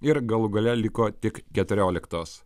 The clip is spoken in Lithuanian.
ir galų gale liko tik keturioliktos